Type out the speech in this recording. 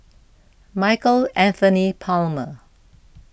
Michael Anthony Palmer